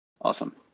Awesome